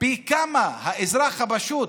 פי כמה האזרח הפשוט,